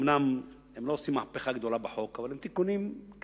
אומנם הן לא עושות מהפכה גדולה בחוק אבל אלה תיקונים קטנים,